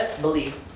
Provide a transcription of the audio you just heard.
Believe